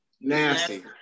Nasty